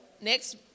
next